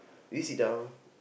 we sit down